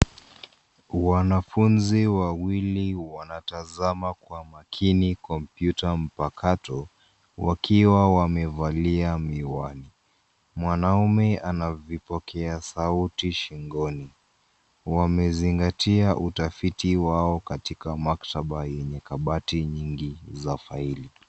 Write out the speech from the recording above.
Wanafunzi wawili wanatazama kwa makini kompyuta mpakato wakiwa wamevalia miwani. Mwanaume ana vipokea sauti shingoni wamezingatia utafiti wao katika maktaba yenye kabati nyingi za faili.